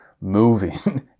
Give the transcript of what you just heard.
moving